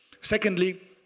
Secondly